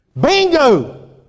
Bingo